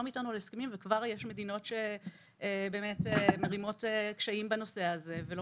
וכבר יש מדינות שמרימות קשיים בנושא הזה ולא